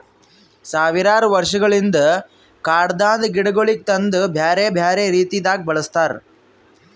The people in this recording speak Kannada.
ಸಾವಿರಾರು ವರ್ಷಗೊಳಿಂದ್ ಕಾಡದಾಂದ್ ಗಿಡಗೊಳಿಗ್ ತಂದು ಬ್ಯಾರೆ ಬ್ಯಾರೆ ರೀತಿದಾಗ್ ಬೆಳಸ್ತಾರ್